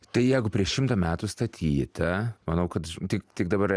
tai jeigu prieš šimtą metų statyta manau kad tik tik dabar